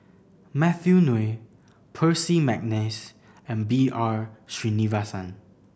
Matthew Ngui Percy McNeice and B R Sreenivasan